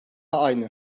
aynı